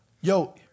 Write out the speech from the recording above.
Yo